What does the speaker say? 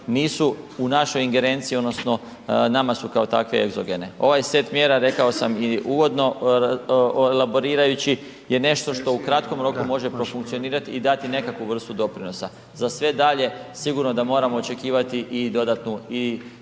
nisu u našoj ingerenciji odnosno nama su kao takve egzogene. Ovaj set mjera rekao sam i uvodno elaborirajući je nešto što u kratkom roku može profunkcionirati i dati nekakvu vrstu doprinosa. Za sve dalje sigurno da moramo očekivati i dodatnu